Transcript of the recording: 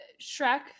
Shrek